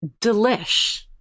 delish